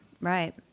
right